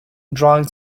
drank